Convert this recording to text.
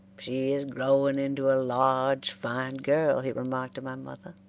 she is growing into a large fine girl, he remarked to my mother.